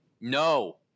no